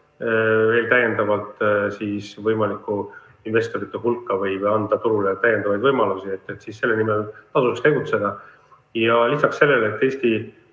veel täiendavalt võimalikku investorite hulka või anda turule täiendavaid võimalusi, siis selle nimel tasuks tegutseda. Ja lisaks sellele, et Eesti